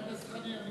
חבר הכנסת חנין,